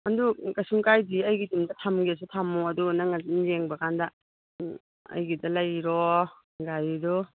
ꯑꯗꯨ ꯀꯩꯁꯨꯝ ꯀꯥꯏꯗꯤꯌꯦ ꯑꯩꯒꯤ ꯌꯨꯝꯗ ꯊꯝꯒꯦꯁꯨ ꯊꯝꯃꯣ ꯑꯗꯨꯒ ꯅꯪ ꯑꯗꯨꯃ ꯌꯦꯡꯕ ꯀꯥꯅꯗ ꯑꯩꯒꯤꯗ ꯂꯩꯔꯣ ꯒꯥꯔꯤꯗꯨ